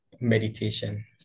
meditation